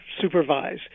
supervise